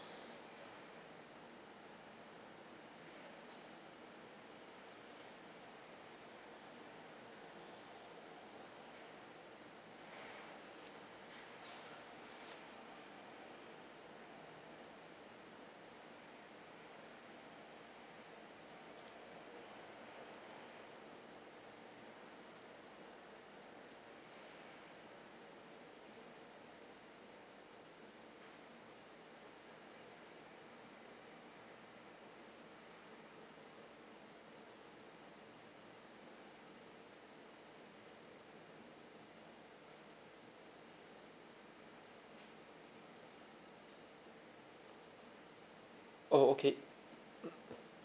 oh okay